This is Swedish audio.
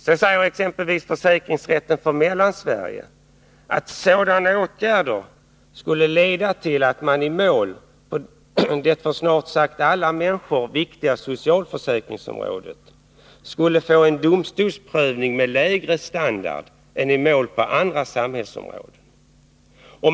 Sålunda säger exempelvis försäkringsrätten för Mellansverige att sådana åtgärder skulle leda till att man i mål på det för snart sagt alla människor viktiga socialförsäkringsområdet skulle få en domstolsprövning med lägre standard än i mål på andra samhällsområden.